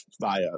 via